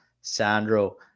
Sandro